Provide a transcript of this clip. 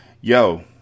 Yo